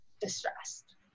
distressed